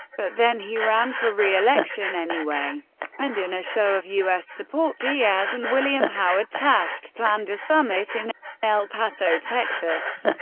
but then he ran for reelection anyway and in a show of u s. support, diaz and william howard taft planned a summit in el paso, texas,